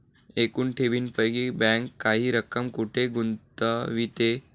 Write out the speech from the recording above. एकूण ठेवींपैकी बँक काही रक्कम कुठे गुंतविते?